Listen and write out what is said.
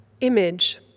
image